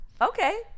okay